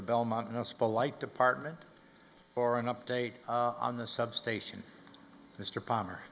the belmont in the spotlight department for an update on the substation mr palmer